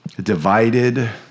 divided